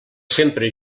sempre